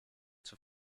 zur